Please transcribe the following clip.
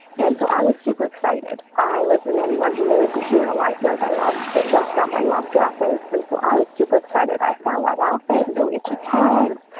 and so i was super excited. i was in anyone who knows and your life knows i love to get dressed up. i love dresses and so i was super excited. i found that outfit no issue tags.